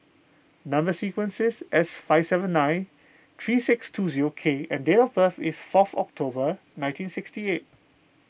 Number Sequence is S five seven nine three six two zero K and date of birth is fourth October nineteen sixty eight